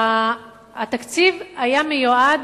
התקציב היה מיועד